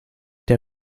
der